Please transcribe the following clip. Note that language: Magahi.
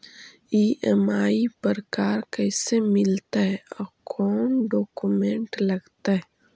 ई.एम.आई पर कार कैसे मिलतै औ कोन डाउकमेंट लगतै?